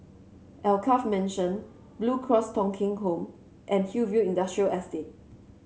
Alkaff Mansion Blue Cross Thong Kheng Home and Hillview Industrial Estate